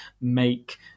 make